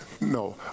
No